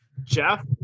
Jeff